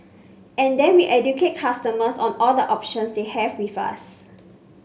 and then we educate customers on all the options they have with us